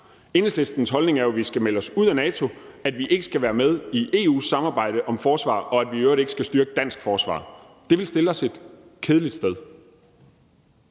Enhedslistens holdning er jo, at vi skal melde os ud af NATO, at vi ikke skal være med i EU's samarbejde om forsvar, og at vi i øvrigt ikke skal styrke dansk forsvar. Det ville stille os et kedeligt sted.